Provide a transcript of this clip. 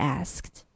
asked